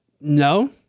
No